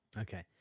Okay